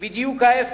בדיוק ההיפך.